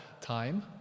time